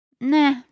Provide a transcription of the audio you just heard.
Nah